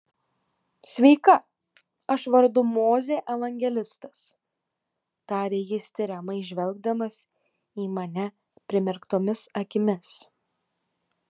sveika aš vardu mozė evangelistas tarė jis tiriamai žvelgdamas į mane primerktomis akimis